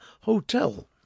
Hotel